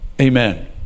Amen